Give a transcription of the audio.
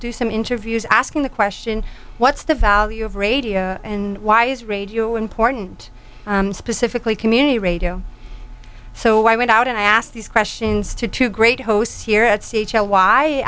do some interviews asking the question what's the value of radio and why is raid you important specifically community radio so i went out and i asked these questions to two great hosts here at c h l y